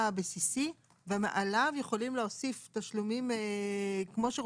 הבסיסי ומעליו יכולים להוסיף תשלומים כמו שרוצים,